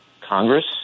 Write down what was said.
Congress